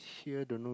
here don't know